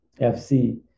FC